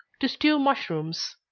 to stew mushrooms.